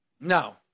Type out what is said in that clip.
No